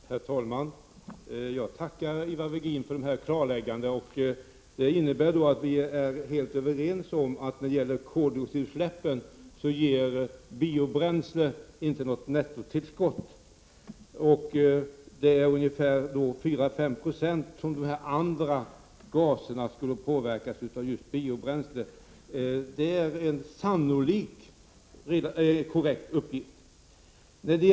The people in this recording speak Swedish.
Herr talman! Jag tackar Ivar Virgin för detta klarläggande. Det innebär att vi är helt överens om att när det gäller koldioxidutsläppen ger biobränslena inte något nettotillskott. Det är endast till 4-5 96 som mängden av de Övriga gaserna skulle påverkas av just biobränslen. Det är sannolikt en korrekt uppgift.